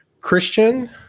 Christian